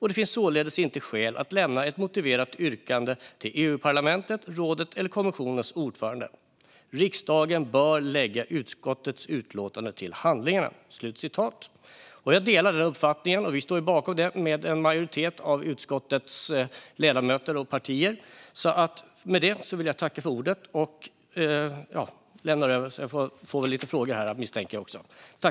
Det finns således inte skäl att lämna ett motiverat yttrande till Europaparlamentets, rådets och kommissionens ordförande. Riksdagen bör lägga utskottets utlåtande till handlingarna." Jag delar denna uppfattning, och en majoritet av utskottets ledamöter och partier står bakom detta.